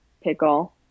Pickle